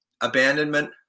abandonment